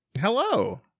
hello